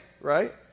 right